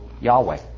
Yahweh